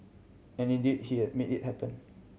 and indeed he made it happen